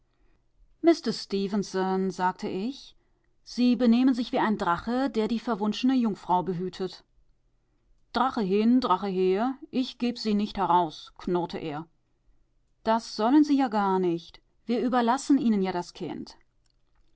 sagte ich sie benehmen sich wie ein drache der die verwunschene jungfrau behütet drache hin drache her ich geb sie nicht heraus knurrte er das sollen sie ja gar nicht wir überlassen ihnen ja das kind